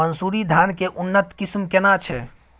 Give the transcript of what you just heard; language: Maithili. मानसुरी धान के उन्नत किस्म केना छै?